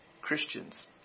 Christians